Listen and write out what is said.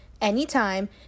anytime